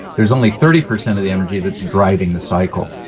there's only thirty percent of the energy that's driving the cycle,